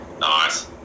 Nice